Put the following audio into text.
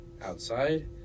outside